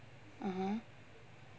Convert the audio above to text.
(uh huh)